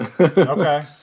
Okay